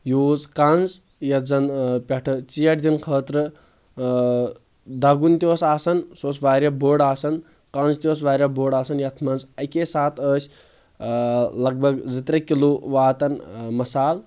use کنٛز یتھ زن پٮ۪ٹھہٕ ژیٹھ دِنہٕ خٲطرٕ اآں دگُن تہِ اوس آسان سُہ اوس واریاہ بوٚڑ آسان کنٛز تہِ اوس واریاہ بوٚڑ آسان یتھ منٛز اکے ساتہٕ ٲسۍ آ لگ بگ زٕ ترٛےٚ کِلو واتان مسال